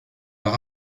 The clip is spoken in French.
leur